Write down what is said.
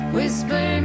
Whisper